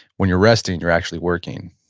when you're resting, you're actually working,